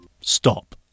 Stop